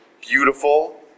beautiful